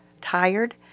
tired